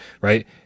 Right